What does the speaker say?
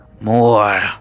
more